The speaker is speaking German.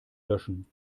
löschen